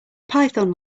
python